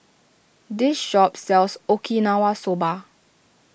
this shop sells Okinawa Soba